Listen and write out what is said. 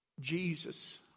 Jesus